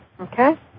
okay